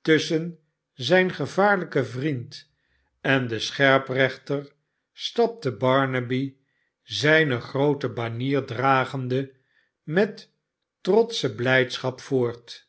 tusschen zijn gevaarlijken vriend en den scherprechter stapte barnaby zijne groote banier dragende met trotsche blijdschap voort